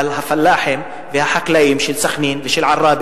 אבל הפלאחים והחקלאים של סח'נין ושל עראבה